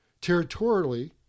Territorially